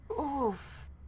Oof